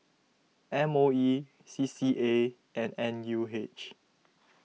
M O E C C A and N U H